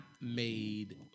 made